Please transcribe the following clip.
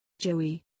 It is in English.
Joey